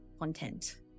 content